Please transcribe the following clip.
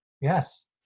Yes